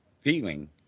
feeling